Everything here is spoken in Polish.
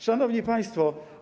Szanowni Państwo!